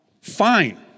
fine